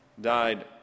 died